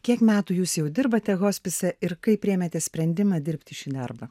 kiek metų jūs jau dirbate hospise ir kaip priėmėte sprendimą dirbti šį darbą